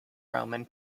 roman